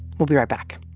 we'll be right back